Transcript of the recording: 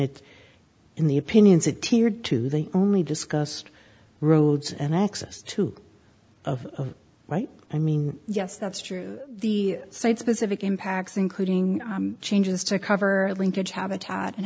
it in the opinions of tiered to the only discussed roads and access to of right i mean yes that's true the site specific impacts including changes to cover linkage habitat and